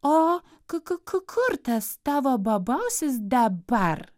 o ku ku ku kur tas tavo bobausis dabar